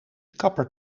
kapper